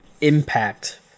impact